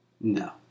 No